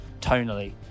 tonally